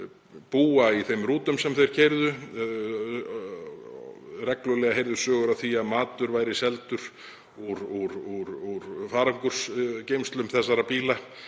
búa í þeim rútum sem þeir keyrðu og reglulega heyrðust sögur af því að matur væri seldur úr farangursgeymslum þessara bíla,